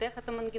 לפתח את המנגנון,